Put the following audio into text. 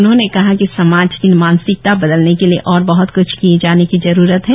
उन्होंने कहा कि समाज की मानसिकता बदलने के लिए और बहत कुछ किये जाने की जरूरत है